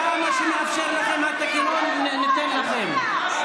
כמה שיאפשר לכם התקנון, ניתן לכם.